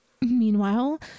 Meanwhile